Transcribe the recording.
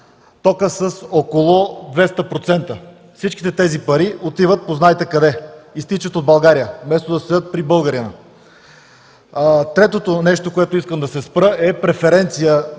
тока с около 200%. Всички тези пари отиват познайте къде – изтичат от България, вместо да седят при българина. Третото нещо, на което искам да се спра, е да има преференция